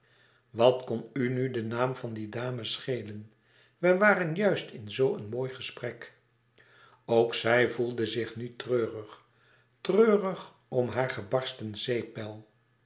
wat kon u nu de naam van die dame schelen we waren juist in zoo een mooi gesprek ook zij voelde zich nu treurig treurig om haar gebarsten zeepbel